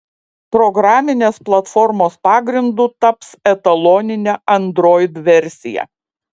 programinės platformos pagrindu taps etaloninė android versija